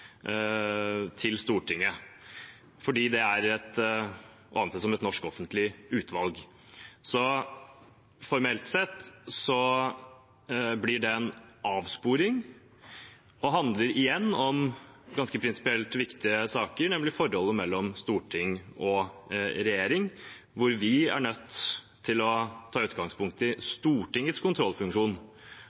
til Stortinget, fordi det er å anse som et norsk offentlig utvalg. Så formelt sett blir det en avsporing. Det handler igjen om prinsipielt ganske viktige saker, nemlig om forholdet mellom storting og regjering, der vi er nødt til å ta utgangspunkt i Stortingets kontrollfunksjon